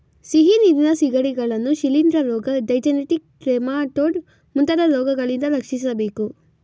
ಸಿಹಿನೀರಿನ ಸಿಗಡಿಗಳನ್ನು ಶಿಲಿಂದ್ರ ರೋಗ, ಡೈಜೆನೆಟಿಕ್ ಟ್ರೆಮಾಟೊಡ್ ಮುಂತಾದ ರೋಗಗಳಿಂದ ರಕ್ಷಿಸಬೇಕು